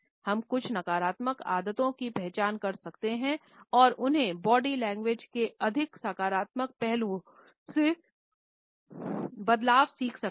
हम कुछ नकारात्मक आदतों की पहचान कर सकते हैं और उन्हें बॉडी लैंग्वेज के अधिक सकारात्मक पहलू से बदलना सीख सकते हैं